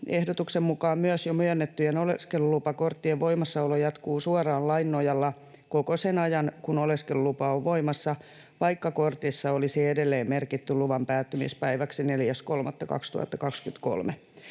Ehdotuksen mukaan myös jo myönnettyjen oleskelulupakorttien voimassaolo jatkuu suoraan lain nojalla koko sen ajan, kun oleskelulupa on voimassa, vaikka kortissa olisi edelleen merkitty luvan päättymispäiväksi 4.3.2023.